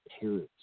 parents